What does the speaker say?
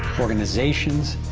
organizations,